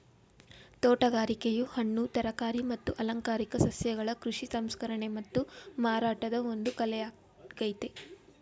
ತೋಟಗಾರಿಕೆಯು ಹಣ್ಣು ತರಕಾರಿ ಮತ್ತು ಅಲಂಕಾರಿಕ ಸಸ್ಯಗಳ ಕೃಷಿ ಸಂಸ್ಕರಣೆ ಮತ್ತು ಮಾರಾಟದ ಒಂದು ಕಲೆಯಾಗಯ್ತೆ